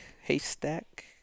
haystack